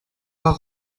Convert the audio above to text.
pas